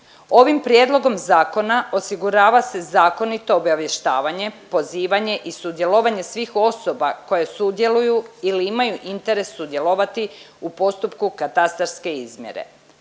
Ovim prijedlogom zakona osigurava se zakonito obavještavanje, pozivanje i sudjelovanje svih osoba koje sudjeluju ili imaju interes sudjelovati u postupku katastarske izmjere.